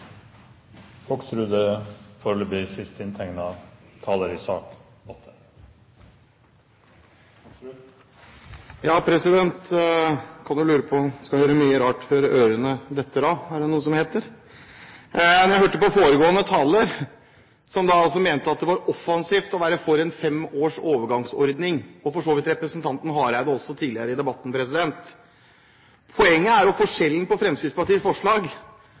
det noe som heter. Det tenkte jeg da jeg hørte på foregående taler, som altså mente at det var offensivt å være for en overgangsordning på fem år, og det gjaldt for så vidt også representanten Hareide tidligere i debatten. Poenget er jo at forskjellen på Fremskrittspartiets forslag